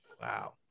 Wow